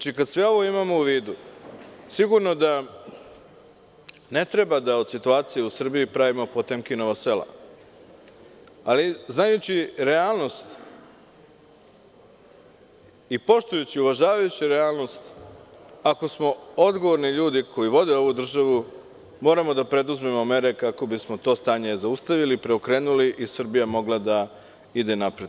Kada sve ovo imamo u vidu, sigurno da ne treba da od situacije u Srbiji pravimo Potemkinova sela, ali znajući realnost i poštujući i uvažavajući realnost, ako smo odgovorni ljudi koji vode ovu državu, moramo da preduzmemo mere kako bisom to stanje zaustavili i preokrenuli i Srbija mogla da ide napred.